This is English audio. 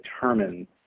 determine